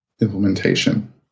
implementation